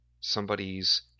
somebody's